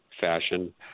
fashion